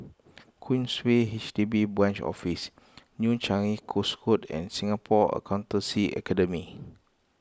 Queensway H D B Branch Office New Changi Coast Road and Singapore Accountancy Academy